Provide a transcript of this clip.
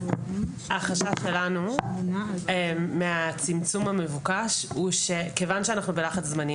החשש שלנו מהצמצום המבוקש הוא שכיוון שאנחנו בלחץ זמנים